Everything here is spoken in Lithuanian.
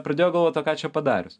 pradėjo galvot o ką čia padarius